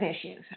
issues